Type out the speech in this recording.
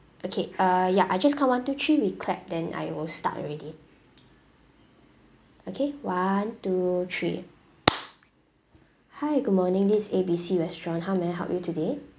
okay uh ya I just count one two three we clap then I will start already okay one two three hi good morning this is A B C restaurant how may I help you today